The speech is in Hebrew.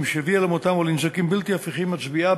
שהביאה למותם או לנזקים בלתי הפיכים מצביעה,